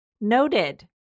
Noted